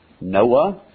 Noah